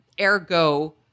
ergo